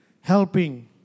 helping